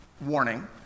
warning